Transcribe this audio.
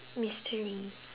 mystery